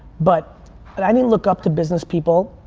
but but i didn't look up to business people.